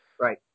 Right